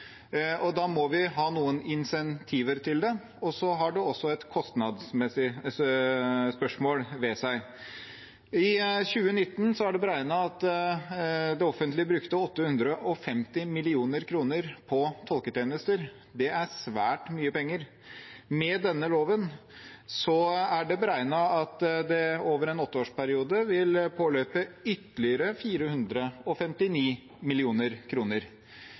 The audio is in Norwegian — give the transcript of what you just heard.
og da må vi ha noen insentiver til det. Det har også et kostnadsmessig spørsmål ved seg. I 2019 er det beregnet at det offentlige brukte 850 mill. kr på tolketjenester. Det er svært mye penger. Med denne loven er det beregnet at det over en åtteårsperiode vil påløpe ytterligere 459